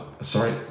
sorry